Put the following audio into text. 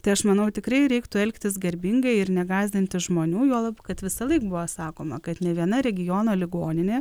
tai aš manau tikrai reiktų elgtis garbingai ir negąsdinti žmonių juolab kad visąlaik buvo sakoma kad nė viena regiono ligoninė